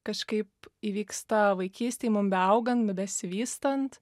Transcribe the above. kažkaip įvyksta vaikystėj mum beaugant be besivystant